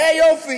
והיה יופי,